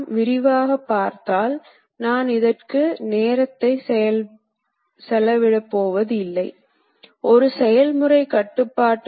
பகுதி நிரல் சரியாக இருந்தால் தானியங்கி இயந்திரம் ஆபரேட்டர் திறனைப் பொருட்படுத்தாமல் அந்த வடிவவியலை முற்றிலும் சரியானதாக உருவாக்கும்